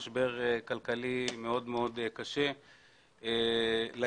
משבר כלכלי מאוד מאוד קשה לאזרחים,